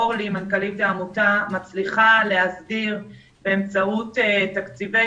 אורלי מנכ"לית העמותה מצליחה להסדיר באמצעות תקציבי